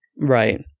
Right